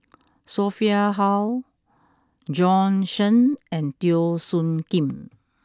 Sophia Hull Bjorn Shen and Teo Soon Kim